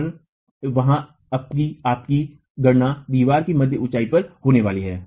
और वहां आपकी गणना दीवार की मध्य ऊंचाई पर होने वाली है